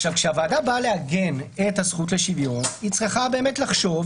כשהוועדה באה לעגן את הזכות לשוויון היא צריכה באמת לחשוב,